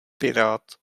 pirát